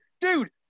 dude